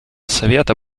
совета